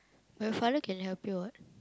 your father can help you [what]